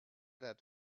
that